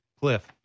Cliff